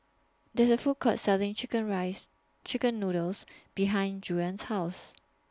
There IS A Food Court Selling Chicken Rice Chicken Noodles behind Juana's House